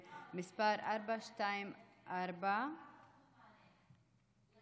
מס' 424. אם